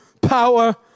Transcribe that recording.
power